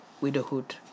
widowhood